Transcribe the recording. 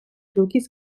flugis